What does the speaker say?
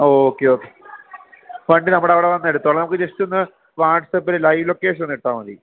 ഓ okay okay വണ്ടി നമ്മവടെ വന്നെടുത്തോളാം നമക്ക് ജസ്റ്റൊന്ന് വാട്സപ്പ്ല് ലൈവ് ലൊക്കേഷനൊന്നിട്ടാമതി